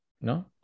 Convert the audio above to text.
No